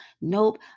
Nope